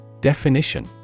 Definition